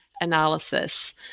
analysis